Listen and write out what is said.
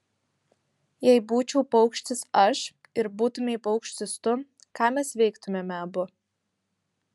jei būčiau paukštis aš ir būtumei paukštis tu ką mes veiktumėme abu